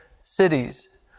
cities